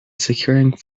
securing